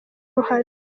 uruhare